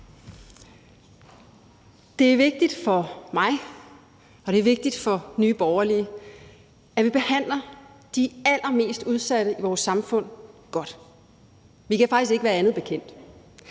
det er vigtigt for Nye Borgerlige, at vi behandler de allermest udsatte i vores samfund godt. Vi kan faktisk ikke være andet bekendt.